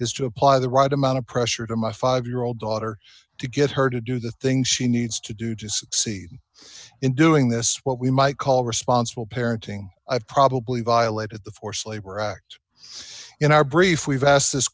is to apply the right amount of pressure to my five year old daughter to get her to do the things she needs to do to succeed in doing this what we might call responsible parenting i've probably violate at the forced labor act in our brief we've asked this